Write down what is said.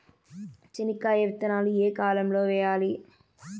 చెనక్కాయ విత్తనాలు ఏ కాలం లో వేయాలి?